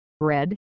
Red